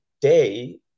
day